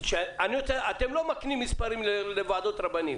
אתם לא מקצים מספרים לוועדות רבנים.